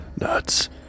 nuts